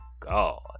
God